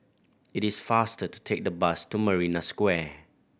it is faster to take the bus to Marina Square